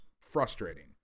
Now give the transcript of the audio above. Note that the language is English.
frustrating